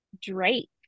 Drake